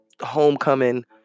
Homecoming